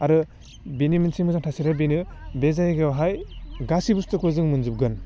आरो बिनि मोनसे मोजां थासारिया बेनो बे जायगायावहाय गासै बुस्थुखौ जों मोनजोबगोन